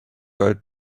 out